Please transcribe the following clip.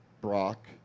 Brock